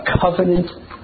covenant